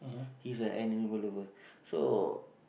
he's an animal lover so